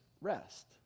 rest